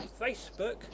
Facebook